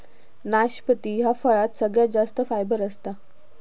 नाशपती ह्या फळात सगळ्यात जास्त फायबर असता